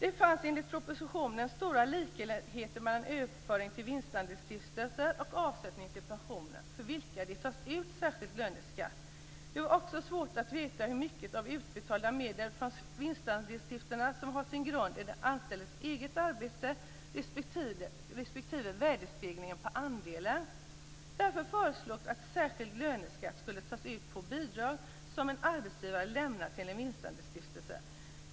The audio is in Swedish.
Det fanns enligt propositionen stora likheter mellan överföring till vinstandelsstiftelser och avsättningar till pensioner, för vilka det tas ut särskild löneskatt. Det var också svårt att veta hur mycket av de utbetalda medlen från vinstandelsstiftelserna som har sin grund i den anställdes eget arbete respektive i värdestegringen på andelen. Därför föreslogs att särskild löneskatt skulle tas ut på bidrag som en arbetsgivare lämnat till en vinstandelsstiftelse.